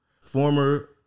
former